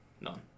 None